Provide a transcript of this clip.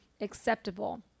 acceptable